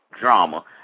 drama